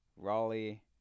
Raleigh